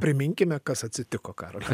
prisiminkime kas atsitiko karoli